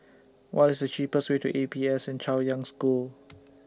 What IS The cheapest Way to A P S N Chaoyang School